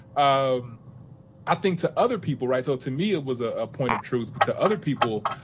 um i think to other people, right, so to me it was a ah point of truth, but to other people,